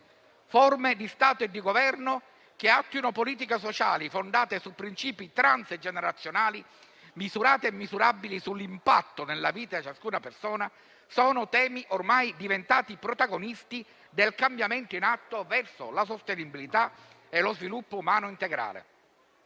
Forme di Stato e di Governo che attuano politiche sociali fondate su principi transgenerazionali, misurate e misurabili sull'impatto nella vita di ciascuna persona, sono temi ormai diventati protagonisti del cambiamento in atto verso la sostenibilità e lo sviluppo umano integrale.